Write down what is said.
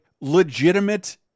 legitimate